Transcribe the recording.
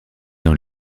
dans